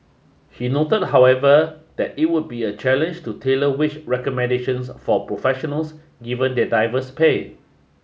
he noted however that it would be a challenge to tailor wage recommendations for professionals given their diverse pay